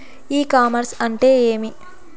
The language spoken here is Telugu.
ఇ కామర్స్ అంటే ఏమి?